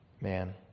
Man